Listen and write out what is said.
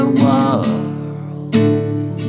world